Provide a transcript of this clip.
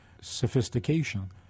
sophistication